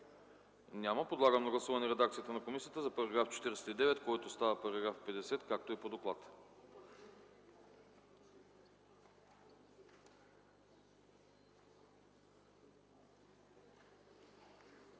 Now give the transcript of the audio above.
Няма. Подлагам на гласуване редакцията на комисията за § 56, който става § 61, както е по доклада.